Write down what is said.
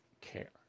care